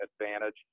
advantage